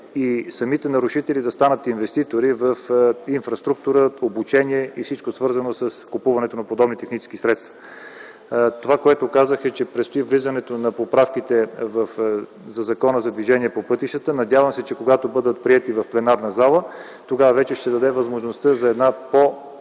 на пари, та нарушителите да станат инвеститори в инфраструктура, обучение и всичко, свързано със закупуването на подобни технически средства. Казах, че предстои влизането на поправките в Закона за движението по пътищата. Надявам се когато бъдат приети в пленарната зала, тогава да се даде възможност за по-сериозна